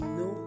no